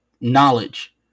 knowledge